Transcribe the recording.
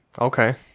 okay